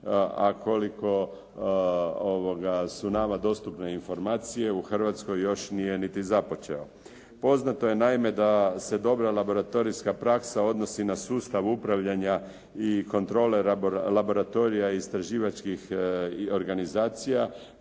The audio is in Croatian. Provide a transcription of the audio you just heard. a koliko su nama dostupne informacije u Hrvatskoj još nije niti započeo. Poznato je naime da se dobra laboratorijska praksa odnosi na sustav upravljanja i kontrole laboratorija i istraživačkih organizacija